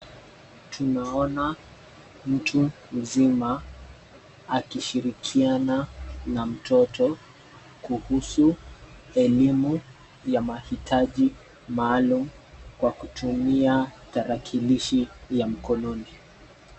Tunaona mtu mzima akishirikiana na mtoto kuhusu elimu ya mahitaji maalum kwa kutumia tarakilishi ya mkononi.